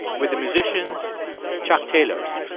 with the musicians chuck taylors.